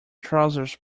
trousers